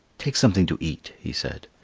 take something to eat, he said,